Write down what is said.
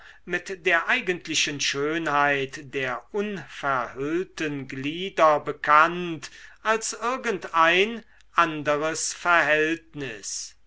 mit der eigentlichen schönheit der unverhüllten glieder bekannt als irgendein anderes verhältnis